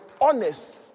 honest